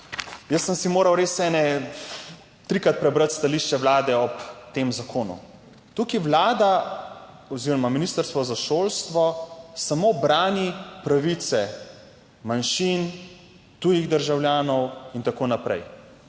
Jaz sem si moral res kakšnih trikrat prebrati stališče Vlade ob tem zakonu. Tukaj Vlada oziroma ministrstvo za šolstvo samo brani pravice manjšin, tujih državljanov in tako naprej.